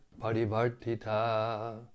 Parivartita